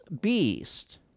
beast